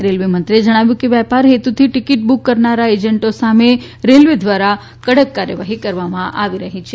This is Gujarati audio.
રેલવે મંત્રીએ જણાવ્યું હતું કે વેપાર હેતુથી ટિકીટ બુક કરનાર એજન્ટો સામે રેલવે દ્વારા કડક કાર્યવાહી કરવામાં આવી રહી છે